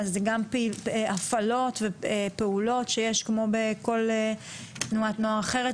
זה גם פעולות שיש בכל תנועת נוער אחרת